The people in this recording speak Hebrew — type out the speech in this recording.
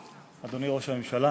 תודה לך, אדוני ראש הממשלה,